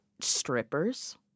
strippers